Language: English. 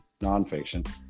nonfiction